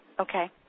okay